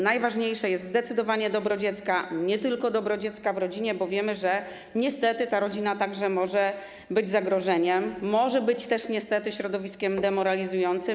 Najważniejsze jest zdecydowanie dobro dziecka, nie tylko dobro dziecka w rodzinie, bo wiemy, że niestety ta rodzina także może być zagrożeniem, może być też niestety środowiskiem demoralizującym.